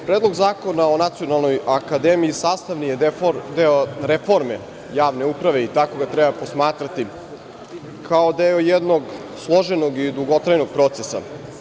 Predlog zakona o Nacionalnoj akademiji, sastavni je deo reforme javne uprave i tako ga treba posmatrati, kao deo jednog složenog i dugotrajnog procesa.